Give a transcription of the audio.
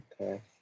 Okay